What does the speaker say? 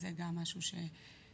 זה גם משהו ש -- טוב,